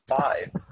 five